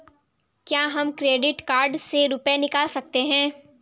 क्या हम credit card से रुपये निकाल सकते हैं?